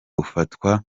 ufatwa